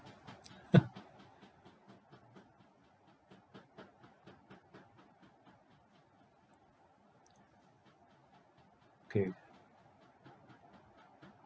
K